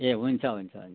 ए हुन्छ हुन्छ हुन्छ